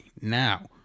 Now